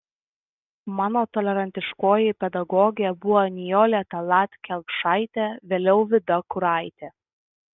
mano tolerantiškoji pedagogė buvo nijolė tallat kelpšaitė vėliau vida kuraitė